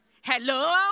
Hello